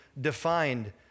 defined